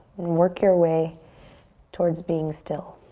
work your way towards being still.